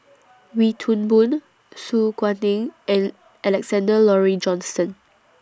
Wee Toon Boon Su Guaning and Alexander Laurie Johnston